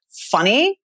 funny